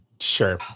Sure